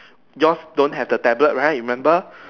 yours don't have the tablet right remember